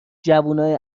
جوونای